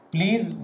Please